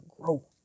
grow